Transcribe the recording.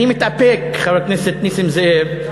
אני מתאפק, חבר הכנסת נסים זאב.